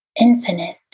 infinite